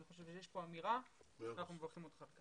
אני חושב שיש פה אמירה ואנחנו מברכים אותך.